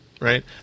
right